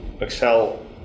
excel